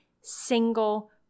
single